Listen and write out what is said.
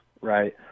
right